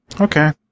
Okay